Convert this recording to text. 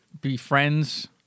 befriends